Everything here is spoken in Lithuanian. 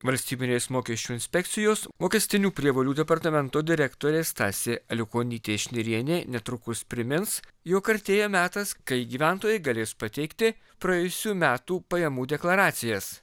valstybinės mokesčių inspekcijos mokestinių prievolių departamento direktorė stasė aliukonytė šnirienė netrukus primins jog artėja metas kai gyventojai galės pateikti praėjusių metų pajamų deklaracijas